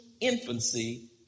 infancy